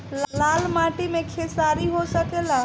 लाल माटी मे खेसारी हो सकेला?